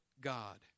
God